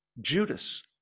Judas